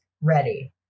Ready